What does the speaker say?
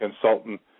consultant